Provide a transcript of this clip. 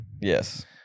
Yes